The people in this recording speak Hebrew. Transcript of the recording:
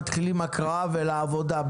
מתחילים את ההקראה ולעבודה.